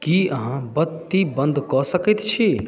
की अहाँ बत्ती बन्द कऽ सकैत छी